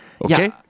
Okay